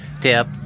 tip